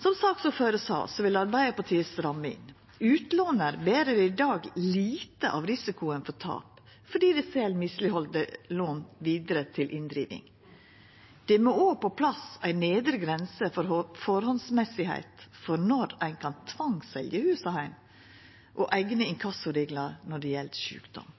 Som saksordføraren sa, vil Arbeidarpartiet stramma inn. Utlånarane ber i dag lite av risikoen for tap fordi dei sel misleghaldne lån vidare til inndriving. Det må òg på plass ei nedre grense for førehandsmessigheit for når ein kan tvangsselja hus og heim, og eigne inkassoreglar når det gjeld sjukdom.